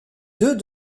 deux